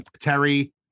Terry